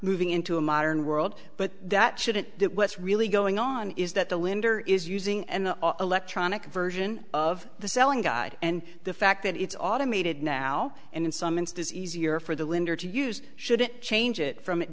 moving into a modern world but that shouldn't that what's really going on is that the lender is using an electronic version of the selling guide and the fact that it's automated now and in some instances easier for the lender to use should it change it from